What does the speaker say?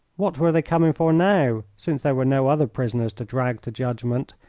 what were they coming for now, since there were no other prisoners to drag to judgment?